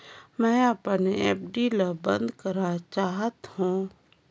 मैं अपन एफ.डी ल बंद करा चाहत हों